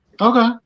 Okay